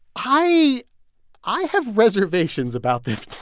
i i have reservations about this